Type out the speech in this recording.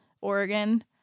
Oregon